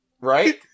right